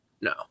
no